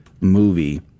movie